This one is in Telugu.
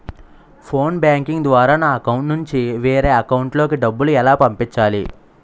ఫోన్ బ్యాంకింగ్ ద్వారా నా అకౌంట్ నుంచి వేరే అకౌంట్ లోకి డబ్బులు ఎలా పంపించాలి?